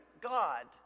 God